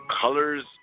colors